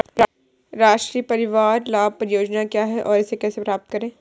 राष्ट्रीय परिवार लाभ परियोजना क्या है और इसे कैसे प्राप्त करते हैं?